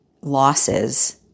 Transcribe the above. losses